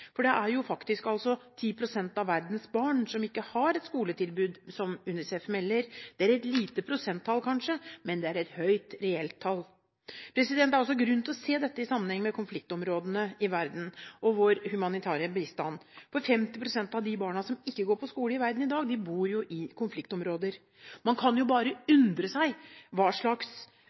Det er faktisk 10 pst. av verdens barn som ikke har et skoletilbud, melder UNICEF. Det er et lite prosenttall kanskje, men det er et høyt, reelt tall. Det er også grunn til å se dette i sammenheng med konfliktområdene i verden og vår humanitære bistand, for 50 pst. av de barna som ikke går på skole i verden i dag, bor i konfliktområder. Man kan bare undre seg over hva